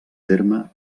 terme